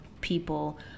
people